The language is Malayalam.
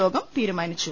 യോഗം തീരുമാനിച്ചു